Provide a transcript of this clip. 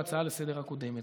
בהצעה לסדר-היום הקודמת.